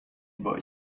boy